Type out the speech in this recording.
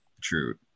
True